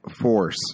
force